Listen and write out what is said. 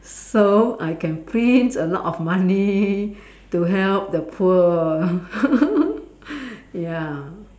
so I can print a lot of money to help the poor ya